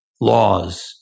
laws